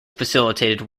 facilitated